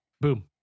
Boom